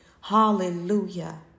Hallelujah